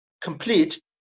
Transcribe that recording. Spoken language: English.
complete